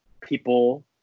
people